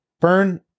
Burn